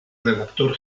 redactor